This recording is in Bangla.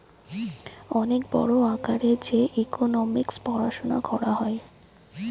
অনেক বড় আকারে যে ইকোনোমিক্স পড়াশুনা করা হয়